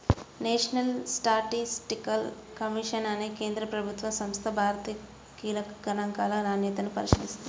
national statistical commission అనే కేంద్ర ప్రభుత్వ సంస్థ భారత కీలక గణాంకాల నాణ్యతను పరిశీలిస్తుంది